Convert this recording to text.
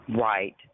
Right